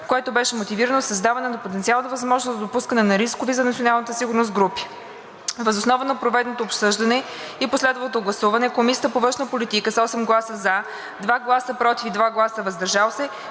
което беше мотивирано със създаването на потенциална възможност за допускане на рискови за националната сигурност групи. Въз основа на проведеното обсъждане и последвалото гласуване Комисията по външна политика с 8 гласа „за“, 2 гласа „против“ и 2 гласа „въздържал се“